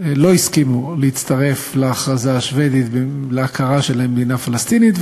לא הסכימו להצטרף להכרזה השבדית ולהכרה שלהם במדינה פלסטינית,